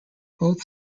both